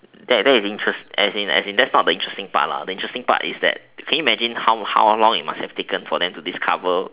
that that is interesting as in as in so that is not the interesting part lah the interesting part is that can you imagine how how long it must taken for them to discover